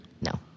No